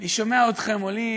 אני שומע אתכם עולים